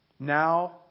Now